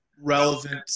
relevant